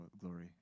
glory